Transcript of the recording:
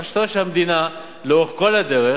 כך שאתה רואה שהמדינה, לאורך כל הדרך,